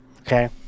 okay